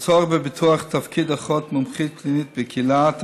הצורך בפיתוח תפקיד אחות מומחית קלינית בקהילה: